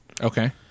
Okay